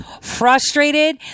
frustrated